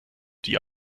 die